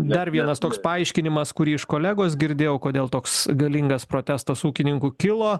dar vienas toks paaiškinimas kurį iš kolegos girdėjau kodėl toks galingas protestas ūkininkų kilo